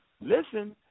Listen